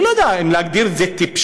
אני לא יודע אם להגדיר את זה טיפשות,